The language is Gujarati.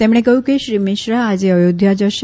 તેમણે કહ્યું કે શ્રી મિશ્રા આજે અયોધ્યા જશે